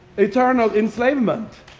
eternal enslavement,